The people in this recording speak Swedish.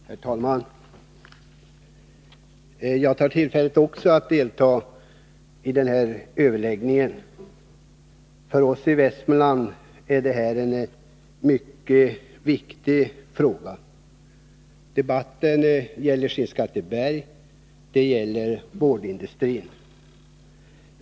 Herr talman! Även jag tar tillfället i akt att delta i den här överläggningen. För oss i Västmanland är det här en mycket viktig fråga. Debatten gäller Skinnskatteberg, och den gäller boardindustrin.